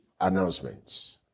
announcements